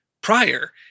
prior